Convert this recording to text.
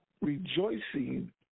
rejoicing